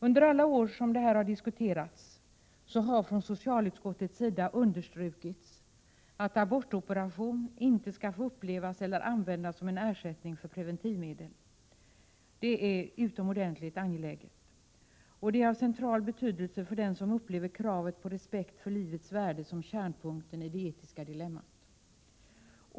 Under alla år som detta har diskuterats har från socialutskottets sida understrukits att abortoperation inte skall få upplevas eller användas som en ersättning för preventivmedel. Det är utomordentligt angeläget, och det är av central betydelse för den som upplever kravet på respekt för livets värde som kärnpunkten i det etiska dilemmat.